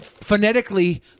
phonetically